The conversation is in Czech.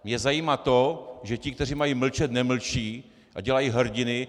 Mě zajímá to, že ti, kteří mají mlčet, nemlčí a dělají hrdiny.